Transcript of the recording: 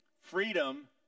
Freedom